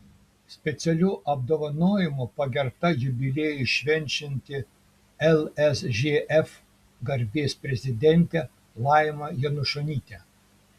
specialiu apdovanojimu pagerbta jubiliejų švenčianti lsžf garbės prezidentė laima janušonytė